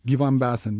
gyvam esant